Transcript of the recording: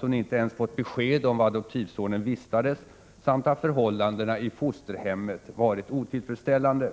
hon ej ens fått besked om var adoptivsonen vistades Oo samt att förhållandena i fosterhemmet varit otillfredsställande.